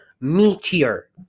meteor